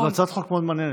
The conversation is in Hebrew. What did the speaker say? זאת הצעת חוק מאוד מעניינת,